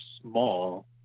small